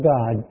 God